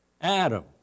Adam